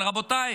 אבל רבותיי,